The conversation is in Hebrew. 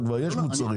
כבר יש מוצרים,